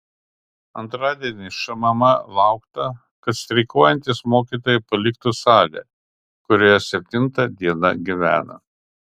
antradienį šmm laukta kad streikuojantys mokytojai paliktų salę kurioje septinta diena gyvena